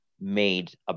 made